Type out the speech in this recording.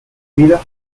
vida